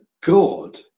God